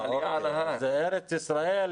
זו ארץ ישראל,